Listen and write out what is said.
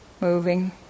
moving